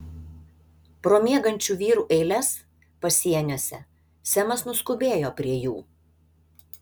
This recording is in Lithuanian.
pro miegančių vyrų eiles pasieniuose semas nuskubėjo prie jų